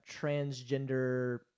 transgender